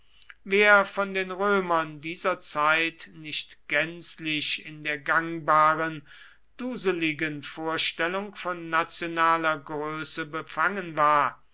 wer von den römern dieser zeit nicht gänzlich in der gangbaren duseligen vorstellung von nationaler größe befangen war